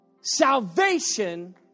salvation